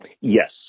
Yes